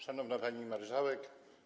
Szanowna Pani Marszałek!